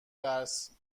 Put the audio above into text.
درس